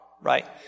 right